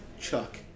Chuck